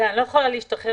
אני לא יכולה להשתחרר